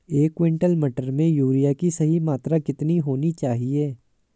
एक क्विंटल मटर में यूरिया की सही मात्रा कितनी होनी चाहिए?